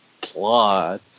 plot